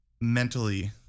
mentally